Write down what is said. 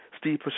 Steve